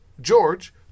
George